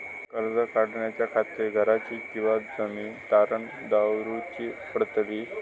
कर्ज काढच्या खातीर घराची किंवा जमीन तारण दवरूची पडतली?